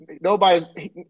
nobody's